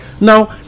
now